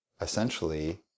essentially